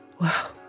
Wow